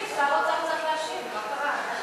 האוצר צריך להשיב, מה קרה?